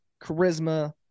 charisma